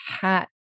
hat